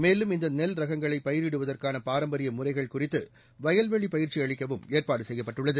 மேலும் இந்த நெல் ரகங்களை பயிரிடுவதற்கான பாரம்பரிய முறைகள் குறித்து வயல்வெளி பயிற்சி அளிக்கவும் ஏற்பாடு செய்யப்பட்டுள்ளது